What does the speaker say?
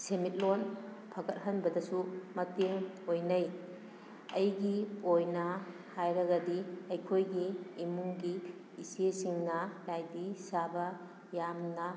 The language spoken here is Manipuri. ꯁꯦꯃꯤꯠꯂꯣꯟ ꯐꯒꯠꯍꯟꯕꯗꯁꯨ ꯃꯇꯦꯡ ꯑꯣꯏꯅꯩ ꯑꯩꯒꯤ ꯑꯣꯏꯅ ꯍꯥꯏꯔꯒꯗꯤ ꯑꯩꯈꯣꯏꯒꯤ ꯏꯃꯨꯡꯒꯤ ꯏꯆꯦꯁꯤꯡꯅ ꯂꯥꯏꯗꯤ ꯁꯥꯕ ꯌꯥꯝꯅ